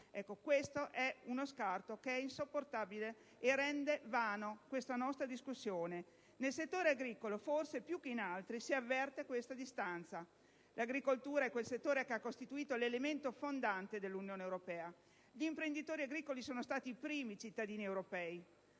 tratta di uno scarto insopportabile, che rende vana questa nostra discussione. Nel settore agricolo, forse più che in altri, si avverte questa distanza. L'agricoltura è quel settore che ha costituito l'elemento fondante dell'Unione europea; gli imprenditori agricoli sono stati i primi cittadini europei.